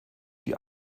die